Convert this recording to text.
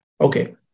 Okay